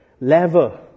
level